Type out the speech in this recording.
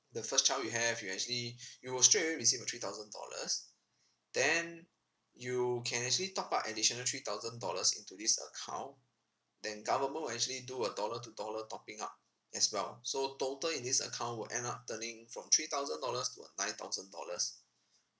the first child you have you actually you will straight away receive a three thousand dollars then you can actually top up additional three thousand dollars into this account then government will actually do a dollar to dollar topping up as well so total in this account will end up turning from three thousand dollars to a nine thousand dollars